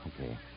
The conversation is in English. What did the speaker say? Okay